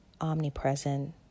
omnipresent